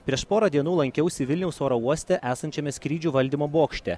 prieš porą dienų lankiausi vilniaus oro uoste esančiame skrydžių valdymo bokšte